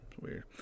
weird